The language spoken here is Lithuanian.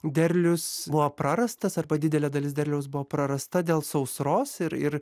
derlius buvo prarastas arba didelė dalis derliaus buvo prarasta dėl sausros ir ir